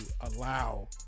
allow